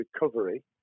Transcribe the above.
recovery